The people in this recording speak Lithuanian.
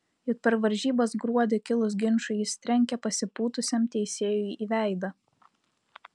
juk per varžybas gruodį kilus ginčui jis trenkė pasipūtusiam teisėjui į veidą